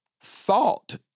thought